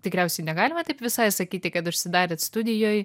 tikriausiai negalima taip visai sakyti kad užsidarėt studijoj